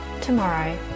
tomorrow